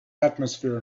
atmosphere